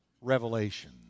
revelation